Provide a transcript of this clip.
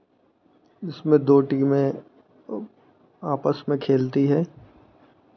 इसमें दो टीमें आपस में खेलती है